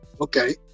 okay